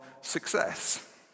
success